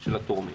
של התורמים.